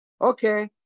Okay